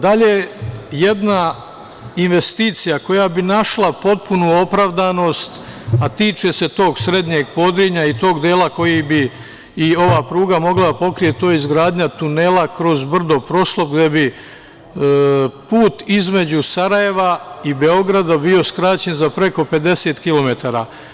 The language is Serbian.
Dalje, jedna investicija koja bi našla potpunu opravdanost, a tiče se tog srednjeg Podrinja i tog dela koji bi i ova pruga mogla da pokrije, to je izgradnja tunela kroz brdo, gde bi put između Sarajeva i Beograda bio skraćen za preko 50 kilometara.